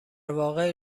واقع